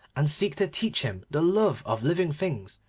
and seek to teach him the love of living things,